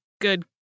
good